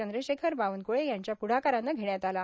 चंद्रशेखर बावनक्ळे यांच्या प्रढाकारानं घेण्यात आला